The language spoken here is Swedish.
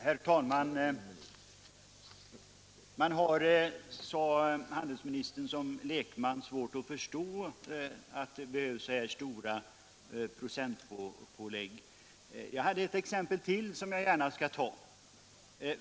Herr talman! Man har, sade handelsministern, som lekman svårt att förstå att det behövs så här stora procentpålägg. Jag har ett exempel till som jag gärna vill redovisa.